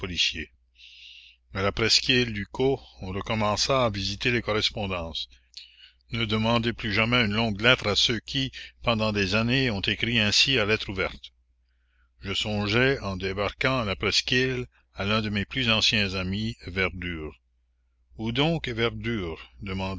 la presqu'île ducos on recommença à visiter les correspondances ne demandez plus jamais une longue lettre à ceux qui pendant des années ont écrit ainsi à lettre ouverte je songeais en débarquant à la presqu'île à l'un de mes plus anciens amis verdure où donc est verdure